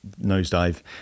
nosedive